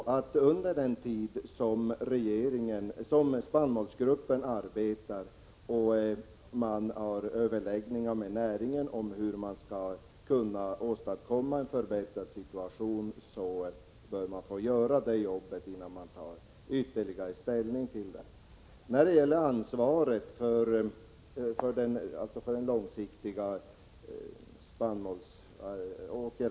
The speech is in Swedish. Jag tycker att vi måste avvakta spannmålsgruppens arbete och överläggningarna med näringen om hur man skall kunna åstadkomma en förbättrad situation, innan vi tar ytterligare ställning till detta och när det gäller ansvaret för den långsiktiga åkerarealen.